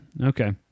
Okay